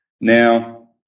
Now